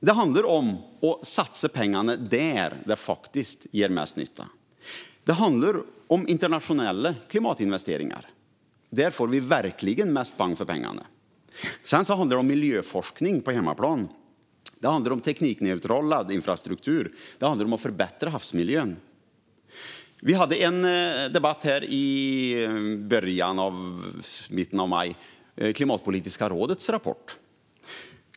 Det handlar om att satsa pengarna där de faktiskt gör mest nytta. Det handlar om internationella klimatinvesteringar. Där får vi verkligen mest pang för pengarna. Sedan handlar det om miljöforskning på hemmaplan, om teknikneutral laddinfrastruktur och om att förbättra havsmiljön. Vi hade en debatt här i mitten av maj om Klimatpolitiska rådets rapport.